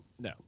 No